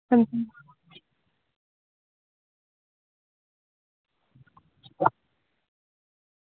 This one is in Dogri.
अंजी